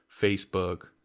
Facebook